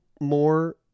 more